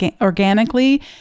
organically